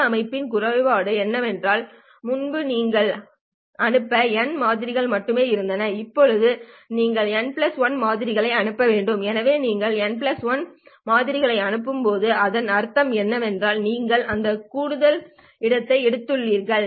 இந்த அமைப்பின் குறைபாடு என்னவென்றால் முன்பு நீங்கள் அனுப்ப n மாதிரிகள் மட்டுமே இருந்தன இப்போது நீங்கள் n l மாதிரிகளை அனுப்ப வேண்டும் எனவே நீங்கள் n l மாதிரிகளை அனுப்பும்போது அதன் அர்த்தம் என்னவென்றால் நீங்கள் அந்த கூடுதல் இடத்தை எடுத்துக்கொள்கிறீர்கள்